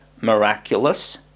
miraculous